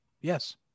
Yes